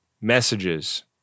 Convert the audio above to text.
messages